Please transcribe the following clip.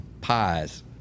pies